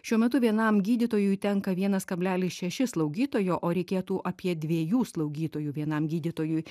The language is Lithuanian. šiuo metu vienam gydytojui tenka vienas kablelis šeši slaugytojo o reikėtų apie dviejų slaugytojų vienam gydytojui